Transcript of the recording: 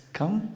come